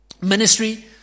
Ministry